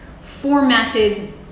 formatted